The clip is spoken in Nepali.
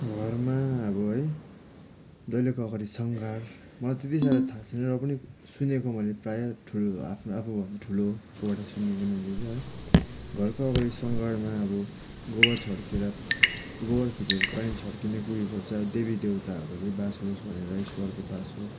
घरमा अब है दैलोको अगाडि सङ्घार म त्यत्ति साह्रो थाहा छैन र पनि सुनेको मैले प्राय ठुलो आफ्नो आफूभन्दा ठुलोकोबाट सुनेको मैले चाहिँ है घरको अगाडि सङ्घारमा अब गोबर छर्केर गोबर फिटेर पानी छर्किने कोही भन्छ देवीदेउताहरूको चाहिँ बास होस् भनेर ईश्वरको बास होस्